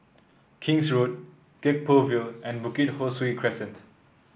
King's Road Gek Poh Ville and Bukit Ho Swee Crescent